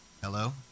Hello